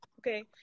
Okay